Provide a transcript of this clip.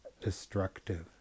destructive